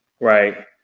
Right